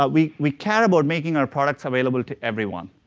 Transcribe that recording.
ah we we care about making our parts available to everyone.